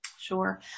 Sure